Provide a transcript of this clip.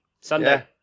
Sunday